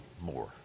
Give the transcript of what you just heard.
more